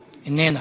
איננה.